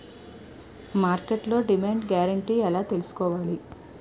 మార్కెట్లో demand guarantee ఎలా తెల్సుకోవాలి?